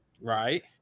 Right